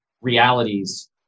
realities